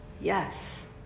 yes